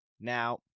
Now